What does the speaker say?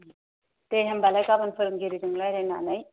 दे होनब्लाय गाबोन फोरोंगिरिजों रायज्लायनानै